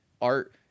art